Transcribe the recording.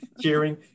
cheering